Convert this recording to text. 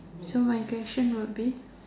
so my question would be